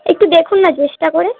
একটু দেখুন না চেষ্টা করে